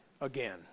again